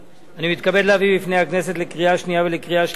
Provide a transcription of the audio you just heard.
אני מתכבד להביא בפני הכנסת לקריאה שנייה ולקריאה שלישית